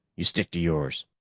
you stick to yours.